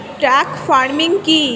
Truck farming কি?